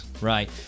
Right